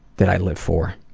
that i live for.